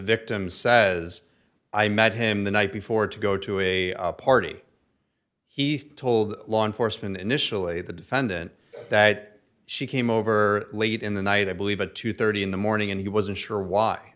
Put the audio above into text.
victim says i met him the night before to go to a party he told law enforcement initially the defendant that she came over late in the night i believe at two thirty in the morning and he wasn't sure why